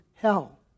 hell